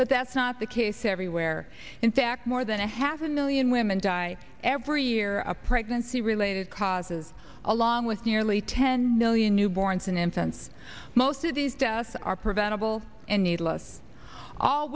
but that's not the case everywhere in fact more than a half a million women die every year a pregnancy related causes along with nearly ten million newborns an infant's most of these deaths are preventable and needless all